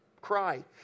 cry